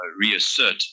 reassert